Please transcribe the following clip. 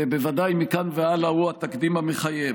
ובוודאי מכאן והלאה הוא התקדים המחייב,